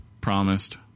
promised